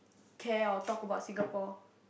care or talk about Singapore